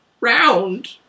round